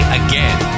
again